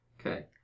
Okay